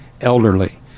elderly